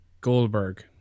Goldberg